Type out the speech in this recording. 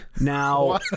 Now